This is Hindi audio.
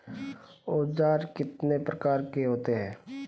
औज़ार कितने प्रकार के होते हैं?